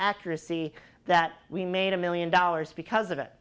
accuracy that we made a million dollars because of it